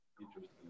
interesting